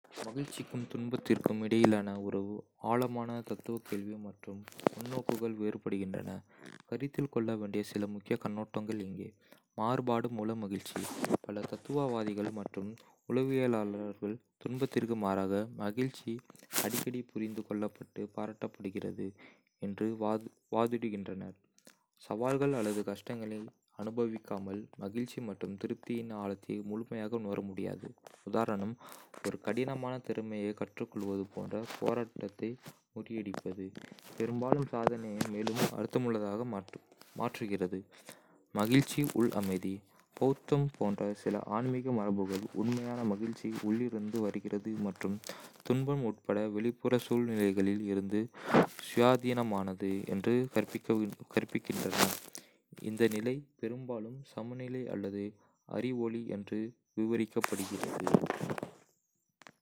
மகிழ்ச்சிக்கும் துன்பத்திற்கும் இடையிலான உறவு ஆழமான தத்துவக் கேள்வி, மற்றும் முன்னோக்குகள் வேறுபடுகின்றன. கருத்தில் கொள்ள வேண்டிய சில முக்கிய கண்ணோட்டங்கள் இங்கே: மாறுபாடு மூலம் மகிழ்ச்சி பல தத்துவவாதிகள் மற்றும் உளவியலாளர்கள் துன்பத்திற்கு மாறாக மகிழ்ச்சி அடிக்கடி புரிந்து கொள்ளப்பட்டு பாராட்டப்படுகிறது என்று வாதிடுகின்றனர். சவால்கள் அல்லது கஷ்டங்களை அனுபவிக்காமல், மகிழ்ச்சி மற்றும் திருப்தியின் ஆழத்தை முழுமையாக உணர முடியாது. உதாரணம்: ஒரு கடினமான திறமையைக் கற்றுக்கொள்வது போன்ற போராட்டத்தை முறியடிப்பது, பெரும்பாலும் சாதனையை மேலும் அர்த்தமுள்ளதாக மாற்றுகிறது. மகிழ்ச்சி உள் அமைதி பௌத்தம் போன்ற சில ஆன்மீக மரபுகள், உண்மையான மகிழ்ச்சி உள்ளிருந்து வருகிறது மற்றும் துன்பம் உட்பட வெளிப்புற சூழ்நிலைகளில் இருந்து சுயாதீனமானது என்று கற்பிக்கின்றன. இந்த நிலை பெரும்பாலும் சமநிலை அல்லது அறிவொளி என்று விவரிக்கப்படுகிறது.